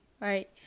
right